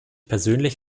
persönlich